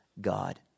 God